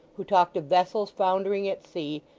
who talked of vessels foundering at sea,